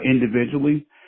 individually